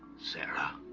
sarah